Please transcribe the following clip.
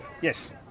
yes